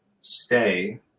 stay